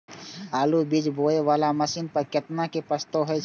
आलु बीज बोये वाला मशीन पर केतना के प्रस्ताव हय?